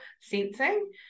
sensing